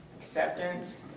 Acceptance